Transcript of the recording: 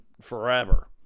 forever